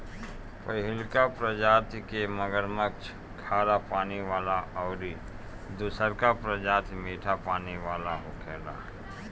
पहिलका प्रजाति के मगरमच्छ खारा पानी वाला अउरी दुसरका प्रजाति मीठा पानी वाला होखेला